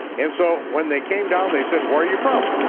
and so when they came down, they said where are you from,